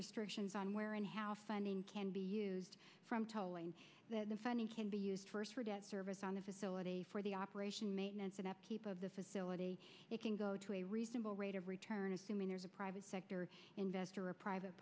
restrictions on where and how funding can be used from tolling the funding can be used for service on a facility for the operation maintenance and upkeep of the facility it can go to a reasonable rate of return assuming there's a private sector investor a private